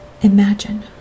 Imagine